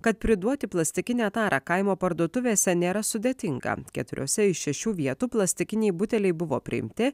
kad priduoti plastikinę tarą kaimo parduotuvėse nėra sudėtinga keturiose iš šešių vietų plastikiniai buteliai buvo priimti